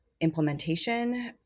implementation